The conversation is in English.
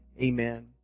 Amen